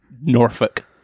norfolk